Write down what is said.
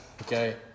Okay